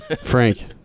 Frank